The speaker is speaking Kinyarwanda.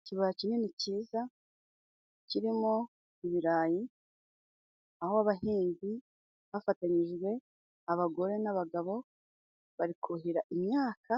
Ikibaya kinini cyiza kirimo ibirayi aho abahinzi bafatanyijwe abagore n'abagabo, bari kuhira imyaka